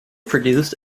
produced